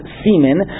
semen